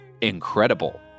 incredible